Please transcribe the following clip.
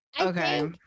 Okay